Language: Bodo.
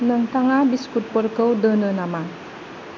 नोंथाङा बिस्कुटफोरखौ दोनो नामा